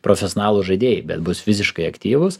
profesionalūs žaidėjai bet bus fiziškai aktyvūs